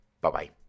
Bye-bye